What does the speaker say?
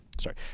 sorry